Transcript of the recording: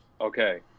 Okay